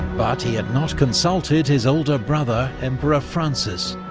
but he had not consulted his older brother emperor francis,